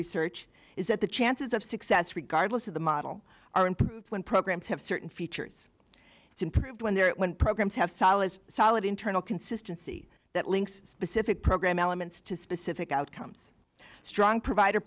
research is that the chances of success regardless of the model are improved when programs have certain features to improve when their programs have solid solid internal consistency that links specific program elements to specific outcomes strong provider